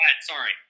Sorry